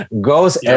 goes